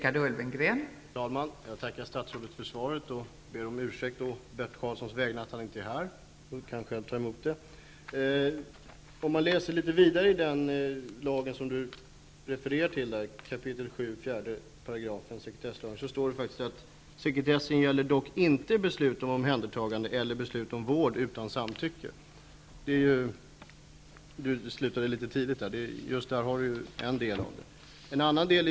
Fru talman! Jag tackar statsrådet för svaret och ber om ursäkt å Bert Karlssons vägnar för att han inte är här och själv kan ta emot det. Om man läser vidare i den lag som statsrådet refererar till, 7 kap. 4 § sekretesslagen, står det: ''Sekretessen gäller dock inte beslut om omhändertagande eller beslut om vård utan samtycke.'' Där slutade statsrådet referatet litet tidigt. Detta är en annan del av det hela.